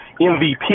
MVP